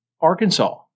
Arkansas